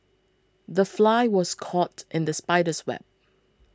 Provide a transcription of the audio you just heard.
the fly was caught in the spider's web